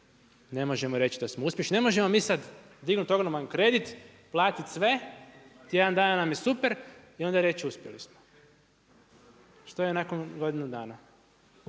ne možemo reći da smo uspješni. Ne možemo mi sad dignut ogroman kredit, platit sve, tjedan dana nam je super, i onda reći uspjeli smo. Što je nakon godinu dana.